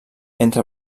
entre